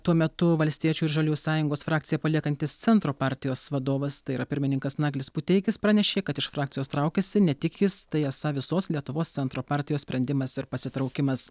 tuo metu valstiečių ir žaliųjų sąjungos frakciją paliekantis centro partijos vadovas tai yra pirmininkas naglis puteikis pranešė kad iš frakcijos traukiasi ne tik jis tai esą visos lietuvos centro partijos sprendimas ir pasitraukimas